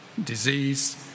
disease